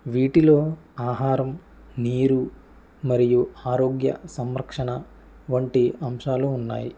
వీటిలో ఆహారం నీరు మరియు ఆరోగ్య సంరక్షణ వంటి అంశాలు ఉన్నాయి